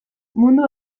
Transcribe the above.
mundu